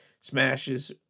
smashes